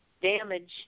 damage